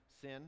sin